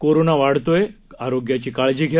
corona वाढतोय आरोग्याची काळजी घ्या